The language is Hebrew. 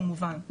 כמובן,